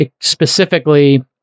specifically